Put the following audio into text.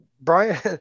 Brian